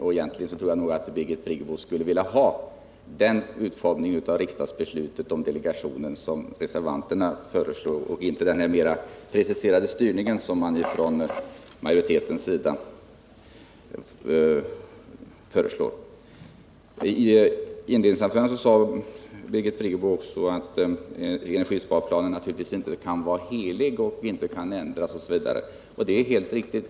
Jag tror att Birgit Friggebo egentligen skulle vilja ha den utformning av riksdagsbeslutet om delegationen som reservanterna föreslår och inte den här mera preciserade styrningen som utskottsmajoriteten föreslår. 45 I inledningsanförandet sade Birgit Friggebo också att energisparplanen naturligtvis inte kan vara helig och att den kan ändras, Det är helt riktigt.